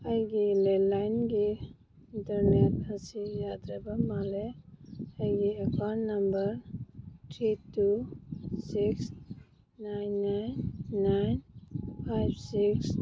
ꯑꯩꯒꯤ ꯂꯦꯟꯂꯥꯏꯟꯒꯤ ꯏꯟꯇꯔꯅꯦꯠ ꯑꯁꯤ ꯌꯥꯗ꯭ꯔꯕ ꯃꯥꯜꯂꯦ ꯑꯩꯒꯤ account number three two six nine nine nine five six